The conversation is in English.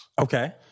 Okay